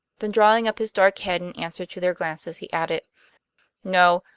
then, drawing up his dark head in answer to their glances, he added no,